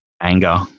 Anger